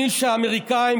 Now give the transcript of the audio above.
מי שהאמריקאים,